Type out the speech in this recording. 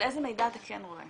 אבל איזה מידע אתה כן רואה?